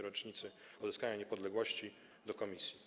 Rocznicy Odzyskania Niepodległości do komisji.